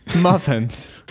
Muffins